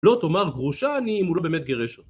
לא תאמר גרושה אני, אם הוא לא באמת גירש אותי